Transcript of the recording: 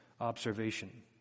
observation